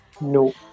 No